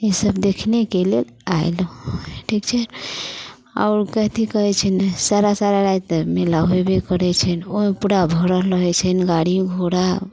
ई सब देखनेके लेल आयल ठीक छै आओर कथी कहै छै ने सारा सारा राति मेला होयबे करै छनि ओइमे पूरा भरल रहै छनि गाड़ी घोड़ा